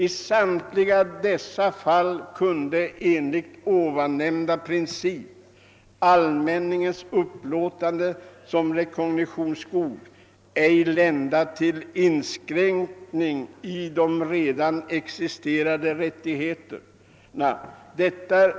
I samtliga dessa fall kunde enligt ovannämnda princip allmänningens upplåtande som rekognitionsskog ej lända till inskränkning i de redan existerande rättigheterna.